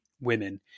women